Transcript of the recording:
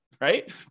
Right